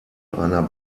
einer